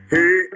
Hey